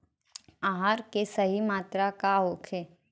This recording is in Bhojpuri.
आहार के सही मात्रा का होखे?